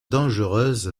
dangereuse